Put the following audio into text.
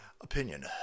Opinion